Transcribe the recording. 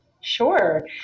Sure